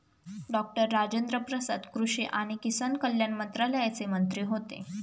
doctor Rajendra Prasad कृषी आणि किसान कल्याण मंत्रालयाचे मंत्री होते